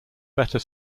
better